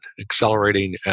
accelerating